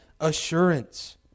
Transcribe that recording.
assurance